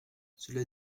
cela